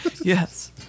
Yes